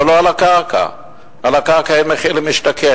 אבל לא על הקרקע; על הקרקע אין מחיר למשתכן.